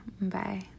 Bye